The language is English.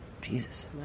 Jesus